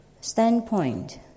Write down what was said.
standpoint